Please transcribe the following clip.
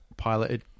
piloted